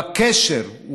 הוא הקשר,